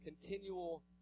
continual